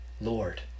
Lord